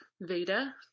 VEDA